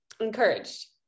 encouraged